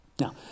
Now